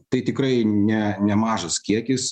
tai tikrai ne nemažas kiekis